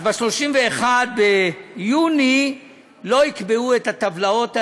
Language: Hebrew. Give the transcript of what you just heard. אז ב-31 ביוני לא יקבעו את הטבלאות האלה,